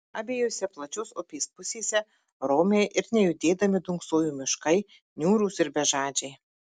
abiejose plačios upės pusėse romiai ir nejudėdami dunksojo miškai niūrūs ir bežadžiai